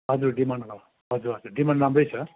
हजुर डिमान्डवाला डिमान्ड राम्रै छ